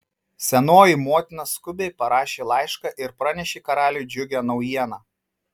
senoji motina skubiai parašė laišką ir pranešė karaliui džiugią naujieną